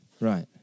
Right